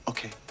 Okay